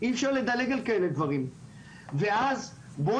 אי אפשר לדלג על כאלה דברים ואז בואו